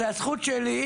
זו הזכות שלי,